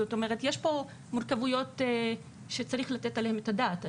זאת אומרת יש פה מורכבויות שצריך לתת עליהן את הדעת.